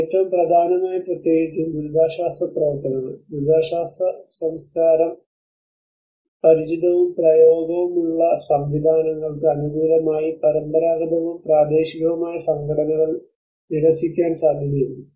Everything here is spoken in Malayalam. ഏറ്റവും പ്രധാനമായി പ്രത്യേകിച്ചും ദുരിതാശ്വാസ പ്രവർത്തനങ്ങൾ ദുരിതാശ്വാസ സംസ്കാരം പരിചിതവും പ്രയോഗവുമുള്ള സംവിധാനങ്ങൾക്ക് അനുകൂലമായി പരമ്പരാഗതവും പ്രാദേശികവുമായ സംഘടനകൾ നിരസിക്കാൻ സാധ്യതയുണ്ട്